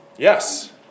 Yes